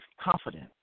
confident